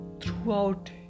throughout